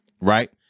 right